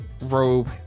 robe